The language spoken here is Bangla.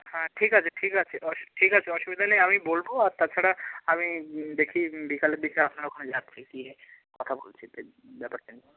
হ্যাঁ ঠিক আছে ঠিক আছে ঠিক আছে অসুবিধা নেই আমি বলবো আর তাছাড়া আমি দেখি বিকালের দিকে আপনার ওখানে যাচ্ছি গিয়ে কথা বলছি এটা ব্যাপারটা নিয়ে